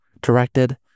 directed